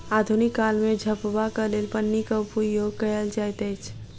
आधुनिक काल मे झपबाक लेल पन्नीक उपयोग कयल जाइत अछि